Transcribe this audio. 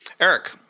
Eric